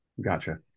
Gotcha